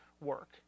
work